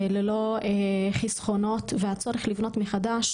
ללא חסכונות, והצורך לבנות מחדש,